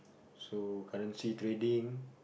so currency trading